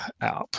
app